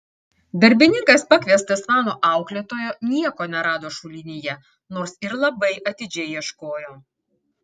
darbininkas pakviestas mano auklėtojo nieko nerado šulinyje nors ir labai atidžiai ieškojo